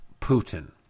Putin